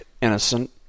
innocent